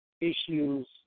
issues